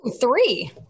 three